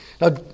Now